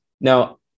now